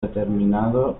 determinado